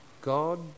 God